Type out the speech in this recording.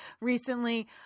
recently